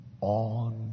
on